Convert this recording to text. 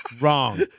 Wrong